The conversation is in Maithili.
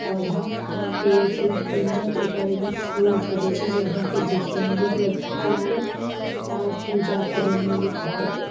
पौधा पेड़सँ बनि जायत ओइके बाद ओइमे फूल फड़य छै जे अहाँकेँ देखयमे भी बड्ड नीक लागत आओर पूजा करयमे भी बहुत